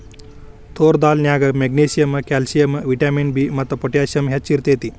ತೋರ್ ದಾಲ್ ನ್ಯಾಗ magnesium, calcium, vitamin B ಮತ್ತು ಪೊಟ್ಯಾಸಿಯಮ್ ಹೆಚ್ಚ್ ಇರ್ತೇತಿ